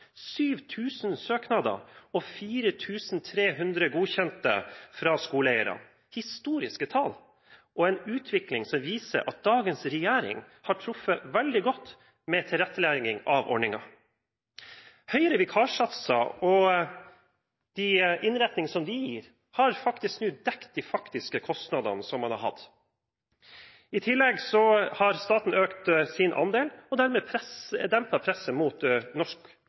000 søknader – og 4 300 innvilget fra skoleeierne. Dette er historiske tall og en utvikling som viser at dagens regjering har truffet veldig godt med tilrettelegging av ordningen. Høyere vikarsatser og innretningene som dette gir, har faktisk dekket de faktiske kostnadene man har hatt. I tillegg har staten økt sin andel og dermed dempet presset på norsk